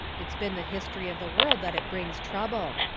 it's been the history of the world that it brings trouble.